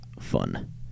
fun